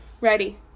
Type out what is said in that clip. ready